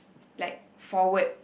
like forward